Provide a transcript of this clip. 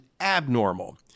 abnormal